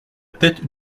tête